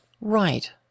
Right